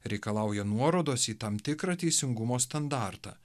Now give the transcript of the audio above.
reikalauja nuorodos į tam tikrą teisingumo standartą